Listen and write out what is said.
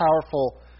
powerful